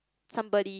somebody